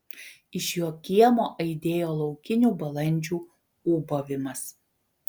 iš jo kiemo aidėjo laukinių balandžių ūbavimas